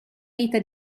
vita